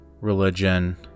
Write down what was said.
religion